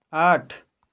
आठ